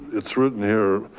it's written here.